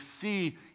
see